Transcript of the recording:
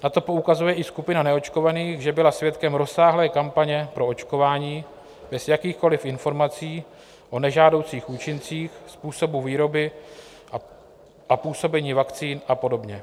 Na to poukazuje i skupina neočkovaných, že byla svědkem rozsáhlé kampaně pro očkování bez jakýchkoli informací o nežádoucích účincích, způsobu výroby, působení vakcín a podobně.